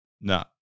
No